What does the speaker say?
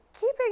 Keeping